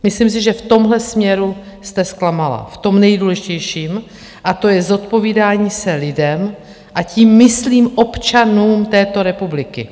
Myslím si, že v tomhle směru jste zklamala v tom nejdůležitějším, a to je zodpovídání se lidem a tím myslím občanům této republiky.